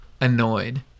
annoyed